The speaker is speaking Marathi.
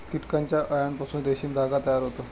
कीटकांच्या अळ्यांपासून रेशीम धागा तयार होतो